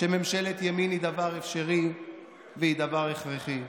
שממשלת ימין היא דבר אפשרי והיא דבר הכרחי.